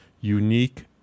unique